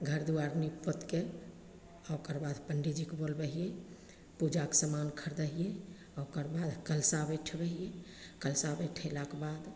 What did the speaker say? घर दुआरि नीपि पोतिके आओर ओकर बाद पण्डीजीके बोलबै हिए पूजाके समान खरिदै हिए ओकर बाद कलशा बैठबै हिए कलशा बैठेलाके बाद